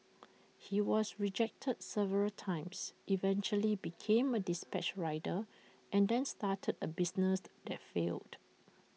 he was rejected several times eventually became A dispatch rider and then started A business that failed